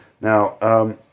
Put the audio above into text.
Now